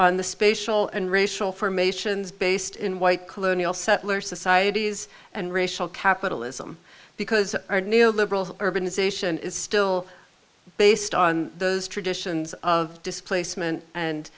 on the spatial and racial formations based in white colonial settler societies and racial capitalism because our neoliberal urbanization is still based on those traditions of displacement and